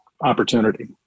opportunity